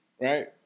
right